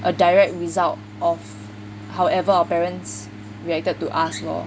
a direct result of however our parents reacted to us lor